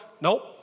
Nope